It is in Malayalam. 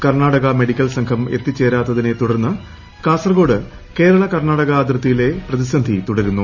കർണാടക മെഡിക്കൽ സംഘട്ട് എത്തിച്ചേരാത്തതിനെ തുടർന്ന് കാസർകോട് കേർളുക്ർണാടക അതിർത്തിയിൽ പ്രതിസ്സി തുടരുന്നു